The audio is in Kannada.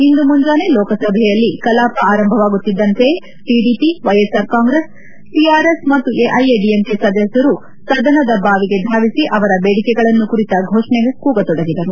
ಇಂದು ಮುಂಜಾನೆ ಲೋಕಸಭೆಯಲ್ಲಿ ಕಲಾಪ ಆರಂಭವಾಗುತ್ತಿದ್ಲಂತೆಯೇ ಟಡಿಪಿ ವೈಎಸ್ಆರ್ ಕಾಂಗ್ರೆಸ್ ಟಿಆರ್ಎಸ್ ಮತ್ತು ಎಐಎಡಿಎಂಕೆ ಸದಸ್ನರು ಸದನದ ಬಾವಿಗೆ ಧಾವಿಸಿ ಅವರ ಬೇಡಿಕೆಗಳನ್ನು ಕುರಿತ ಘೋಷಣೆ ಕೂಗತೊಡಗಿದರು